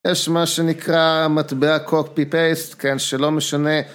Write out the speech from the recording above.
יש מה שנקרא מטבע קופי פייסט, כן, שלא משנה.